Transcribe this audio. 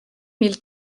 mille